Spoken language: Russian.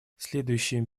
следующими